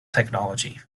technology